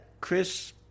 chris